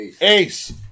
Ace